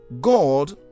God